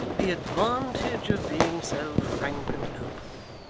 the advantage of being so frank and open.